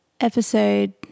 episode